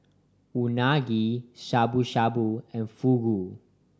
Unagi Shabu Shabu and Fugu